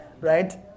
right